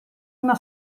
una